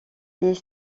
les